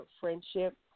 friendship